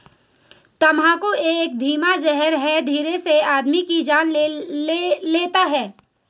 तम्बाकू एक धीमा जहर है धीरे से आदमी की जान लेता है